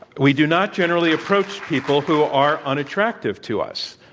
we do not generally approach people who are unattractive to us.